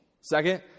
Second